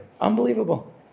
Unbelievable